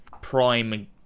prime